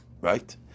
right